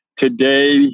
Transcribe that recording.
today